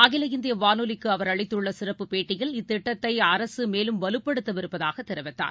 அகில இந்திய வானொலிக்கு அவர் அளித்துள்ள சிறப்பு பேட்டியில் இத்திட்டத்தை அரசு மேலும் வலுப்படுத்தவிருப்பதாக தெரிவித்தார்